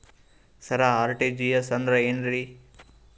ಸರ RTGS ಅಂದ್ರ ಏನ್ರೀ?